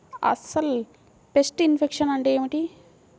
అసలు pest infection అంటే ఏమిటి?